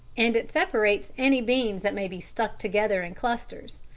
and it separates any beans that may be stuck together in clusters.